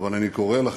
אבל אני קורא לכם: